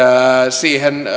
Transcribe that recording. siihen